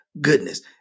goodness